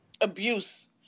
abuse